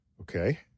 Okay